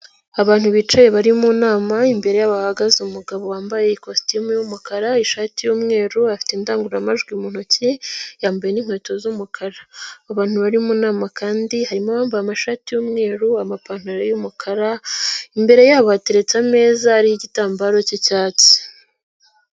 Abantu bicaye bari mu nama, imbere yabo hahagaze umugabo wambaye ikositimu y'umukara, ishati y'umweru, afite indangururamajwi mu ntoki yambaye n'inkweto z'umukara. Abantu bari mu nama kandi barimo bambaye amashati y'umweru, amapantaro y'umukara, imbere yabo hateretse ameza ariiho gitambaro cy'icyatsi.